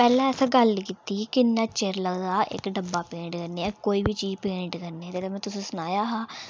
पैह्लें असें गल्ल कीती ही किन्ना चिर लगदा इक डब्बा पेंट करने गी कोई बी चीज़ पेंट करने गी में तुसें ई सनाया हा